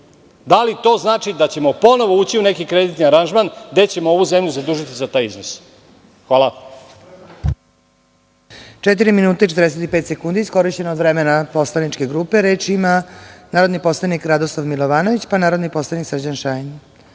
li to znači da ćemo ponovo ući u neki kreditni aranžman, gde ćemo ovu zemlju zadužiti za taj iznos? Hvala.